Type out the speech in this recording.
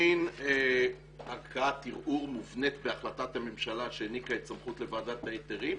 אין ערכאת ערעור מובנית בהחלטת הממשלה שהעניקה סמכות לוועדת ההיתרים.